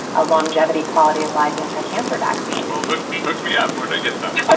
a longevity, quality of life anticancer vaccine hook hook me up. where do i get some? but